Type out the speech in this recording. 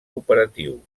operatiu